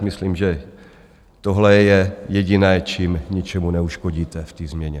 Myslím, že tohle je jediné, čím ničemu neuškodíte v té změně.